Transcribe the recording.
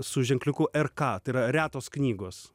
su ženkliuku rk tai yra retos knygos